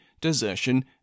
desertion